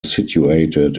situated